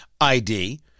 ID